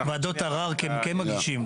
שוועדות ערר כן מגישים.